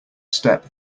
step